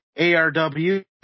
ARW